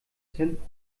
cent